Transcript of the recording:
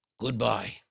Goodbye